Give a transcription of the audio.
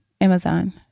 Amazon